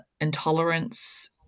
intolerance